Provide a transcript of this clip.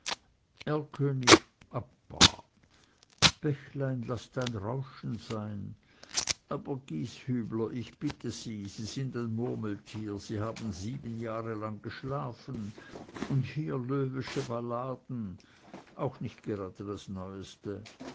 bah bächlein laß dein rauschen sein aber gieshübler ich bitte sie sie sind ein murmeltier sie haben sieben jahre lang geschlafen und hier loewesche balladen auch nicht gerade das neueste